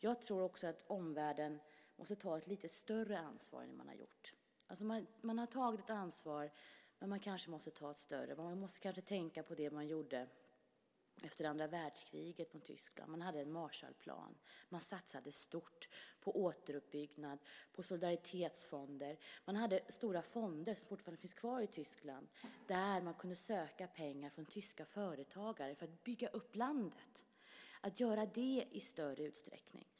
Jag tror också att omvärlden måste ta ett lite större ansvar än man har gjort. Man har tagit ansvar, men man kanske måste ta ett större ansvar. Man måste kanske tänka på det man gjorde efter andra världskriget i Tyskland. Man hade en Marshallplan. Man satsade stort på återuppbyggnad och på solidaritetsfonder. Man hade stora fonder, som fortfarande finns kvar i Tyskland, där tyska företagare kunde söka pengar för att bygga upp landet. Man skulle kunna göra så i större utsträckning.